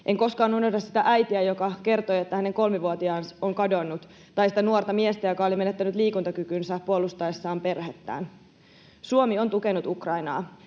En koskaan unohda sitä äitiä, joka kertoi, että hänen kolmivuotiaansa on kadonnut, tai sitä nuorta miestä, joka oli menettänyt liikuntakykynsä puolustaessaan perhettään. Suomi on tukenut Ukrainaa.